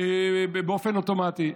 באופן אוטומטי.